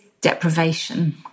deprivation